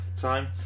time